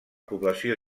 població